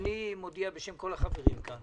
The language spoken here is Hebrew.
אני מודיע בשם כל החברים כאן